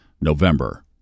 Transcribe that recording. November